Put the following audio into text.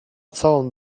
całą